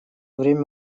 время